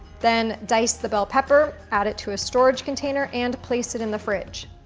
then dice the bell pepper, add it to a storage container and place it in the fridge.